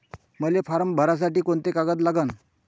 मले फारम भरासाठी कोंते कागद लागन?